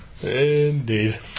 indeed